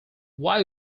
why